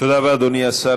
תודה רבה, אדוני השר.